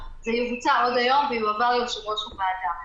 זה יבוצע עוד היום ויועבר ליושב-ראש הוועדה.